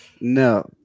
No